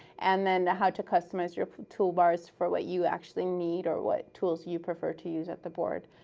and then how to customize your toolbar for what you actually need, or what tools you prefer to use at the board.